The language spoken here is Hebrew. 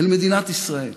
אל מדינת ישראל.